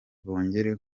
bongere